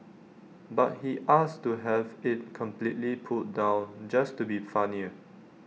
but he asked to have IT completely pulled down just to be funnier